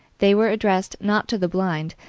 they were addressed not to the blind,